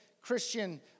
Christian